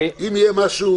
אם יהיה משהו,